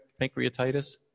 pancreatitis